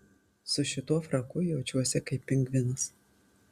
su šituo fraku jaučiuosi kaip pingvinas